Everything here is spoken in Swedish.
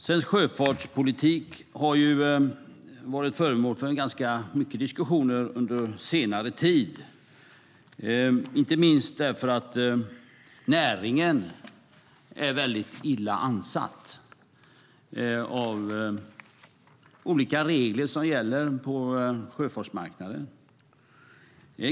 Svensk sjöfartspolitik har varit föremål för ganska många diskussioner under senare tid, inte minst därför att näringen är illa ansatt av olika regler som gäller på sjöfartsmarknaden.